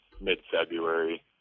mid-February